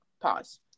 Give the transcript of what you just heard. pause